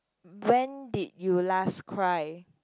when did you last cry